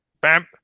Bam